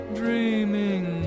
dreaming